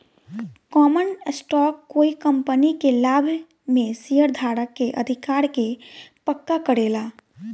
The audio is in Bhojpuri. कॉमन स्टॉक कोइ कंपनी के लाभ में शेयरधारक के अधिकार के पक्का करेला